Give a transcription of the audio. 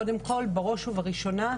קודם כל בראש ובראשונה,